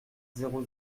zéro